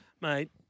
mate